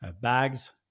bags